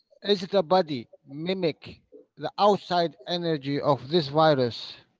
is the body mimic the outside energy of this virus?